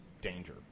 danger